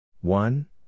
One